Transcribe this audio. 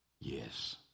yes